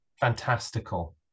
fantastical